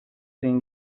zein